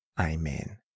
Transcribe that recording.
Amen